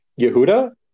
Yehuda